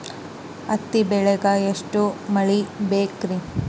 ಹತ್ತಿ ಬೆಳಿಗ ಎಷ್ಟ ಮಳಿ ಬೇಕ್ ರಿ?